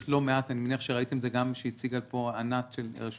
אני מניח שראיתם את מה שהציגה פה ענת מהרשות